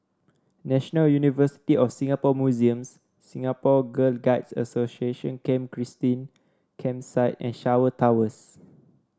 National University of Singapore Museums Singapore Girl Guides Association Camp Christine Campsite and Shaw Towers